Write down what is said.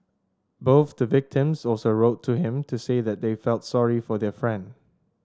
both the victims also wrote to him to say that they felt sorry for their friend